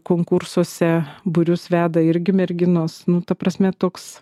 konkursuose būrius veda irgi merginos nu ta prasme toks